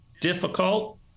difficult